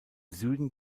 süden